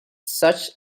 such